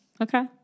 Okay